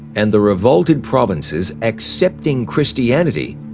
and the revolted provinces, accepting christianity,